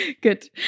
Good